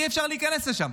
אי-אפשר להיכנס לשם.